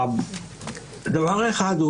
דבר אחד,